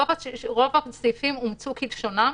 רוב הסעיפים אומצו כלשונם,